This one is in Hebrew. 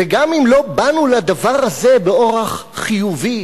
וגם אם לא באנו לדבר הזה באורח חיובי,